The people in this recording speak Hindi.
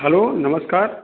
हलो नमस्कार